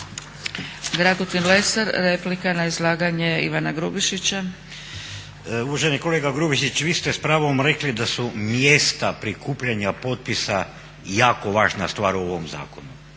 Dragutin (Hrvatski laburisti - Stranka rada)** Uvaženi kolega Grubišić, vi ste s pravom rekli da su mjesta prikupljanja potpisa jako važna stvar u ovom zakonu.